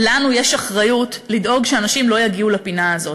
לנו יש אחריות לדאוג שאנשים לא יגיעו לפינה הזאת.